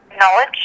knowledge